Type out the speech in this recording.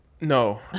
No